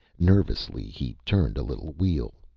nervously, he turned a little wheel.